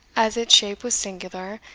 as its shape was singular,